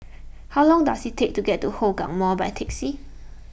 how long does it take to get to Hougang Mall by taxi